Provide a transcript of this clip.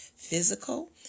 physical